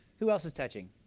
who else is touching?